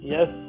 Yes